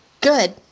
Good